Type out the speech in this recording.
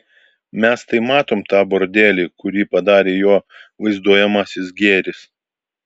mes tai matom tą bordelį kurį padarė jo vaizduojamasis gėris